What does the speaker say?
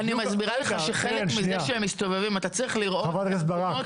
אני מסבירה לך שחלק מזה שהם מסתובבים אתה צריך לראות איך